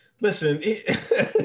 Listen